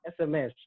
SMS